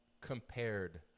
compared